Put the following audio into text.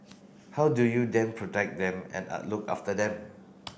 how do you then protect them and look after them